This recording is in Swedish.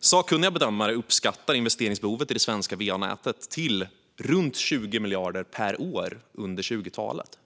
Sakkunniga bedömare uppskattar investeringsbehovet i det svenska va-nätet till runt 20 miljarder per år under 20-talet.